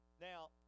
Now